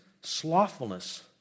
Slothfulness